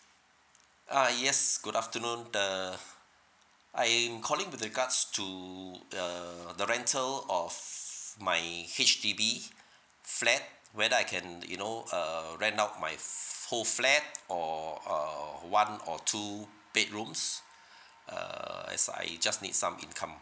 uh yes good afternoon the uh I'm calling with regards to the the rental of my H_D_B flat whether I can you know err rent out my full flat or err one or two bedrooms uh as I just need some income